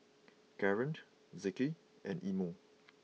Kareen Zeke and Imo